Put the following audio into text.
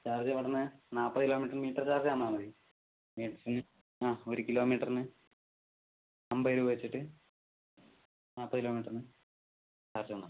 രാവിലെ വരണമെങ്കിൽ നാൽപ്പത് കിലോമീറ്ററിന് മീറ്റർ ചാർജ്ജ് തന്നാൽ മതി മീറ്റ് ആ ഒരു കിലോമീറ്ററിന് അമ്പത് രൂപ വെച്ചിട്ട് നാൽപ്പത് കിലോമീറ്ററിന് ചാർജ്ജ് തന്നാൽ മതി